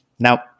Now